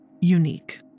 unique